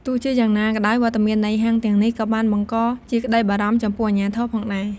ទោះជាយ៉ាងណាក៏ដោយ វត្តមាននៃហាងទាំងនេះក៏បានបង្កជាក្តីបារម្ភចំពោះអាជ្ញាធរផងដែរ។